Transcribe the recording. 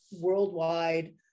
worldwide